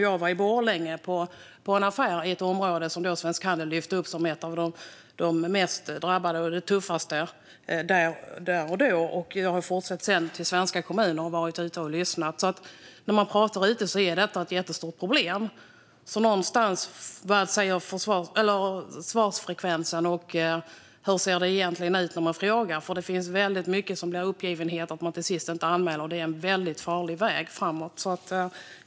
Jag var i en affär i Borlänge, i ett område som Svensk Handel lyfter upp som ett av de tuffaste och mest drabbade. Jag har sedan fortsatt till andra svenska kommuner och varit ute och lyssnat. När man pratar med berörda hör man att detta är ett jättestort problem. Vad säger svarsfrekvensen, och hur ser det egentligen ut när man frågar? Det finns väldigt mycket uppgivenhet som gör att man till sist inte anmäler. Det är en väldigt farlig väg framåt.